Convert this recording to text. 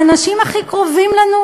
האנשים הכי קרובים לנו,